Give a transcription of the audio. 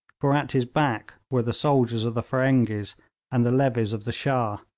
for at his back were the soldiers of the feringhees and the levies of the shah.